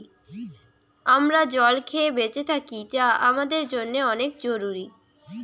আমরা জল খেয়ে বেঁচে থাকি যা আমাদের জন্যে অনেক জরুরি